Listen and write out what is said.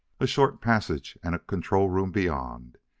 a short passage and a control room beyond!